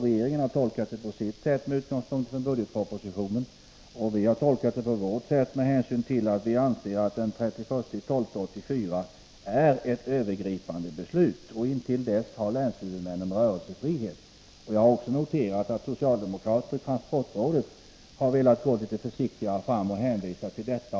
Regeringen har tolkat det på sitt sätt, med utgångspunkt i budgetpropositionen, och vi har tolkat det på vårt sätt, med hänsyn till att vi anser att tidsgränsen den 31 december 1984 är ett övergripande beslut; intill dess har länshuvudmännen rörelsefrihet. Jag har också noterat att socialdemokrater i transportrådet har velat gå litet försiktigare fram med hänvisning till detta.